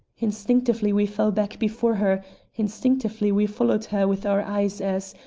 instinctively we fell back before her instinctively we followed her with our eyes as,